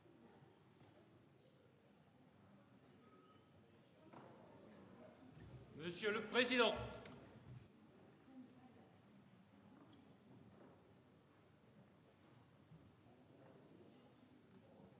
Monsieur le président,